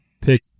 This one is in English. Pick